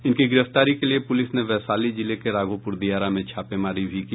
इनकी गिरफ्तारी के लिए पुलिस ने वैशाली जिले के राघोपुर दियारा में छापेमारी भी की